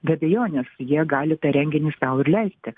be abejonės jie gali tą renginį sau ir leisti